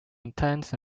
intents